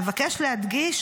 אבקש להדגיש,